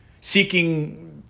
seeking